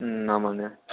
ம் ஆமாம்ங்க